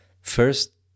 first